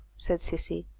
said sissy.